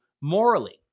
morally